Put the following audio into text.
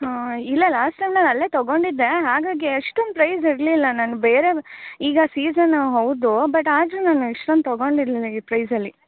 ಹಾಂ ಇಲ್ಲ last time ನಾನು ಅಲ್ಲೇ ತೊಗೊಂಡಿದ್ದೆ ಹಾಗಾಗಿ ಅಷ್ಟೊಂದು ಪ್ರೈಸ್ ಇರಲಿಲ್ಲ ನಾನು ಬೇರೆ ಈಗ ಸೀಜನ್ನು ಹೌದು ಬಟ್ ಆದರೂ ನಾನು ಇಷ್ಟೊಂದು ತೊಗೊಂಡಿರಲಿಲ್ಲ ಈ ಪ್ರೈಸಲ್ಲಿ